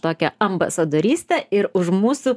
tokią ambasadorystę ir už mūsų